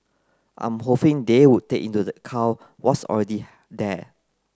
I'm hoping they would take into account what's already there